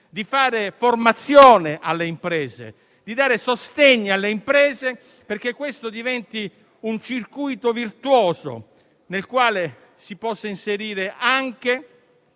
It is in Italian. di fare formazione alle imprese, di dare sostegno alle imprese perché si abbia un circuito virtuoso nel quale poter inserire anche